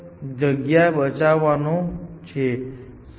તેથી અમે close list બચાવવાની વાતથી પ્રારંભ કરીશું અને તે ગ્રાફ પ્રેરણા છે